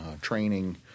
Training